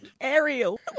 Ariel